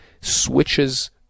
switches